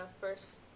first